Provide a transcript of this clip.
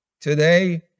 today